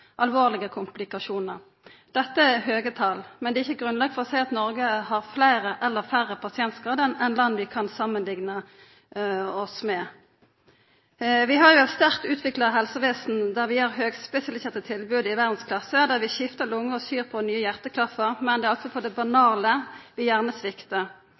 alvorlege komplikasjonar. Dette er høge tal, men det er ikkje grunnlag for å seia at Noreg har fleire eller færre pasientskadar enn land vi kan samanlikna oss med. Vi har eit sterkt utvikla helsevesen, der vi har høgspesialiserte tilbod i verdsklasse, der vi skiftar lunger og syr på nye hjerteklaffar, men det er altså på det banale vi gjerne sviktar.